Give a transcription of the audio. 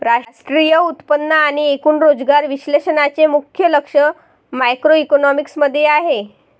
राष्ट्रीय उत्पन्न आणि एकूण रोजगार विश्लेषणाचे मुख्य लक्ष मॅक्रोइकॉनॉमिक्स मध्ये आहे